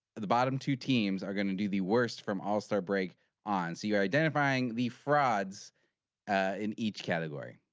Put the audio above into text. the bottom two teams are gonna do the worst from all star break on so you're identifying the frauds in each category.